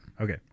Okay